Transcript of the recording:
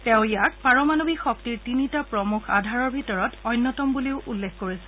তেওঁ ইয়াক পাৰমাণৱিক শক্তিৰ তিনিটা প্ৰমুখ আধাৰৰ ভিতৰত অন্যতম বুলি উল্লেখ কৰিছিল